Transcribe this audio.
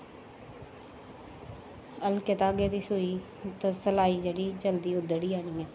हल्के धागे दी सुई ते सलाई जेह्ड़ी जल्दी उदड्ढी जानी ऐ